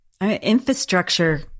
Infrastructure